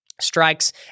strikes